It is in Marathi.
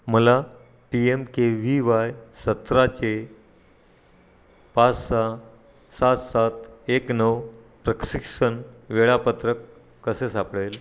मला P M K V Y सत्राचे पाच सहा सात सात एक नऊ प्रशिक्षण वेळापत्रक कसे सापडेल